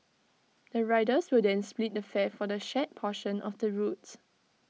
the riders will then split the fare for the shared portion of the routes